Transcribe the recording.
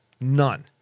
none